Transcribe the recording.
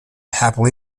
happily